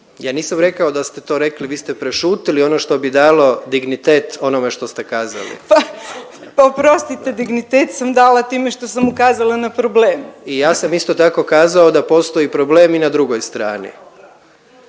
Ja nisam rekao da ste to rekli, vi ste prešutjeli ono što bi dalo dignitet onome što ste kazali./… Pa oprostite, dignitet sam dala time što sam ukazala na problem. **Jandroković, Gordan (HDZ)** I ja sam isto tako kazao da postoji problem i na drugoj strani.